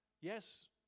Yes